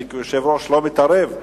אני כיושב-ראש לא מתערב,